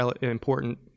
important